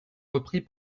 repris